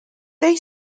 they